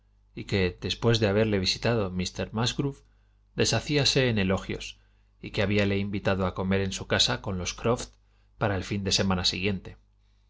y que despues de haberle visitado míster musgrove deshacíase en elogios y que habíale invitado a comer en su casa con los croft para el fin de la semana siguiente